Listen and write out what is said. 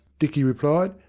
dicky replied.